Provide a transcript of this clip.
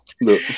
look